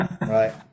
right